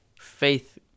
faith